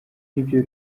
nibyo